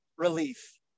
relief